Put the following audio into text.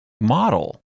model